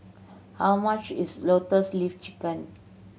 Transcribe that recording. how much is Lotus Leaf Chicken